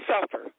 suffer